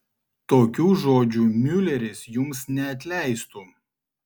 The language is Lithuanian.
tokių žodžių miuleris jums neatleistų